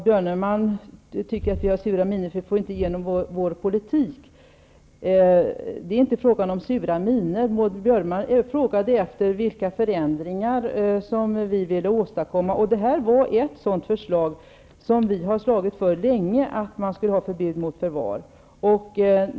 Herr talman! Maud Björnemalm säger att vi har sura miner därför att vi inte får igenom vår politik. Det är inte fråga om sura miner. Maud Björnemalm frågade vilka förändringar som vi vill åstadkomma. Det här förslaget innebär en sådan, som vi har slagits för länge, nämligen ett förbud mot förvar av barn.